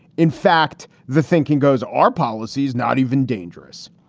in fact, the thinking goes, are policies not even dangerous?